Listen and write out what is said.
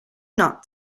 not